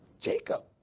Jacob